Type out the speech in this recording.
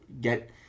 get